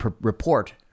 report